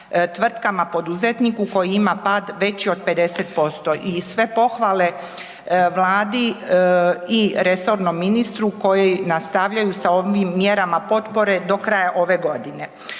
tvrtkama poduzetniku koji ima pad veći od 50% i sve pohvale Vladi i resornom ministru koji nastavljaju s ovim mjerama potrebe do kraja ove godine.